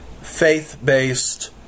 faith-based